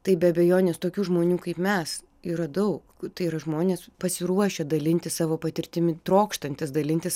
tai be abejonės tokių žmonių kaip mes yra daug tai žmonės pasiruošę dalintis savo patirtimi trokštantys dalintis